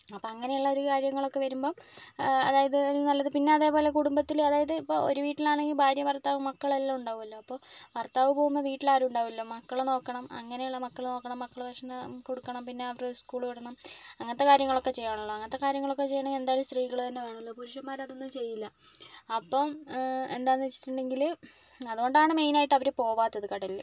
അപ്പം അങ്ങനെയുള്ളൊരു കാര്യങ്ങളൊക്കെ വരുമ്പം അതായത് നല്ലത് പിന്നെ അതേപോലെ കുടുംബത്തില് അതായത് ഇപ്പോൾ ഒരു വീട്ടിലാണെങ്കിൽ ഭാര്യയും ഭർത്താവും മക്കളെല്ലാം ഉണ്ടാവുമല്ലോ അപ്പോൾ ഭർത്താവ് പോകുമ്പോൾ വീട്ടിലാരും ഉണ്ടാവുക ഇല്ലല്ലോ മക്കളെ നോക്കണം അങ്ങനെയുള്ള മക്കളെ നോക്കണം മക്കള് വിശന്നാൽ കൊടുക്കണം പിന്നെ അവരെ സ്ക്കൂളിൽ വിടണം അങ്ങനത്തെ കാര്യങ്ങളൊക്കെ ചെയ്യണമല്ലൊ അങ്ങനത്തെ കാര്യങ്ങളൊക്കെ ചെയ്യണമെങ്കിൽ എന്തായാലും സ്ത്രീകള് തന്നെ വേണമല്ലോ പുരുഷന്മാര് അതൊന്നും ചെയ്യില്ല അപ്പം എന്താന്ന് വെച്ചിട്ടുണ്ടെങ്കില് അതുകൊണ്ടാണ് മെയിനായിട്ട് അവര് പോകാത്തത് കടലില്